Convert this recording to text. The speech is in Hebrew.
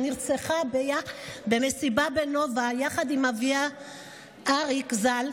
שנרצחה במסיבה בנובה יחד עם אביה אריק ז"ל,